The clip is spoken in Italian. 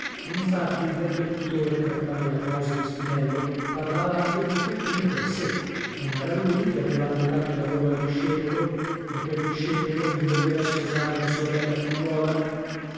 infatti il vecchio pittore trattando la causa di spinello parlava anche un pochettino per sè non era lui che aveva allogato il lavoro al discepolo e quel discepolo non doveva sposare la sua bella figliuola